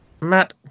Matt